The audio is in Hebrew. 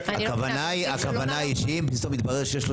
הכוונה היא שאם בסוף מתברר שיש לו